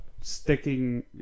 sticking